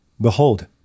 Behold